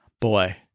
boy